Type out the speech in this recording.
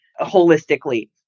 holistically